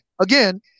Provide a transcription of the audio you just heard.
again